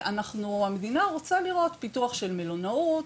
המדינה רוצה לראות פיתוח של מלונאות,